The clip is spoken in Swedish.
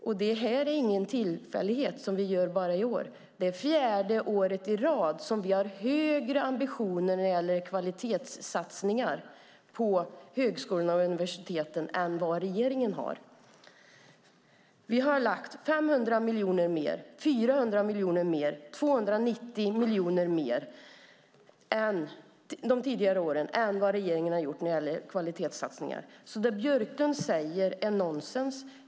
Och det är inget tillfälligt som vi gör bara i år, utan det är fjärde året i rad som vi har högre ambitioner när det gäller kvalitetssatsningar på högskolor och universitet än vad regeringen har. Vi har tidigare år lagt 500 miljoner mer, 400 miljoner mer och 290 miljoner mer än regeringen när det gäller kvalitetssatsningar. Det Björklund säger är nonsens.